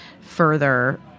further